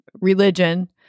religion